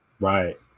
right